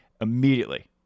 immediately